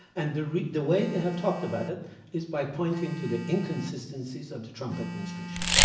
and the the way they have talked about it is by pointing to the inconsistencies of the trump administration.